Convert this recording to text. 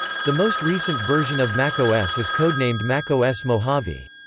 the most recent version of macos is codenamed macos mojave.